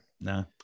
No